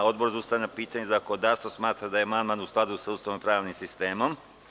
Odbor za ustavna pitanja i zakonodavstvo smatra da je amandman u skladu sa Ustavom i pravnim sistemom.